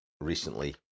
recently